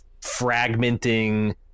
fragmenting